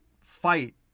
fight